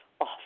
off